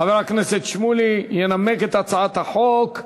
חבר הכנסת שמולי ינמק את הצעת החוק.